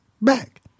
back